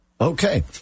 Okay